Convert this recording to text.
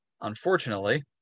Unfortunately